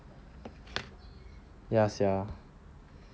ya sia